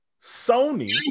Sony